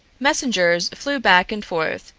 messengers flew back and forth,